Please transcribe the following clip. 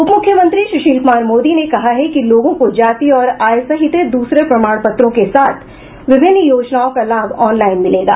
उप मुख्यमंत्री सुशील कुमार मोदी ने कहा है कि लोगों को जाति और आय सहित दूसरे प्रमाण पत्रों के साथ विभिन्न योजनाओं का लाभ ऑनलाईन मिलेगा